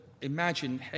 imagine